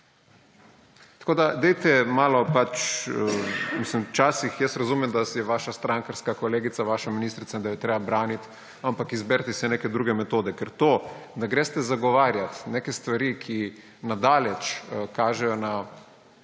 Tako da dajte malo – včasih jaz razumem, da je vaša strankarska kolegica, vaša ministrica, da jo je treba braniti, ampak izberite si neke druge metode. Ker to, da greste zagovarjat neke stvari, ki na daleč kažejo na